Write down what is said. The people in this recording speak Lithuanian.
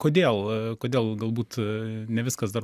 kodėl kodėl galbūt ne viskas dar